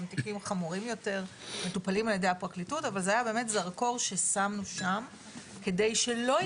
גם תיקים חמורים יותר מטופלים על ידי הפרקליטות אבל זה היה באמת